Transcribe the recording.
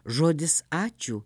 žodis ačiū